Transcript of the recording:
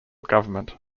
government